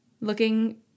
looking